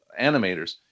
animators